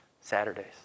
Saturdays